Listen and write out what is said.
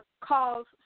calls